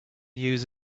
use